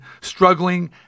struggling